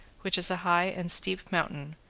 which is a high and steep mountain,